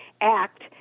act